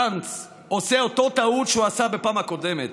גנץ עושה את אותה הטעות שהוא עשה בפעם הקודמת,